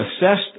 assessed